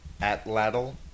atladdle